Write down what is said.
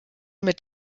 mit